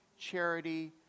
charity